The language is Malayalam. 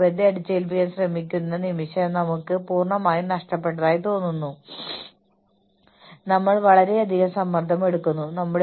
കാര്യങ്ങളുടെ ചുക്കാൻ പിടിക്കുന്നത് ആരാണെന്ന് നിങ്ങൾക്ക് അറിയില്ലെങ്കിൽ ഈ കാര്യങ്ങൾ ആസൂത്രണം ചെയ്യുന്നത് വളരെ ബുദ്ധിമുട്ടാണ്